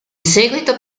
seguito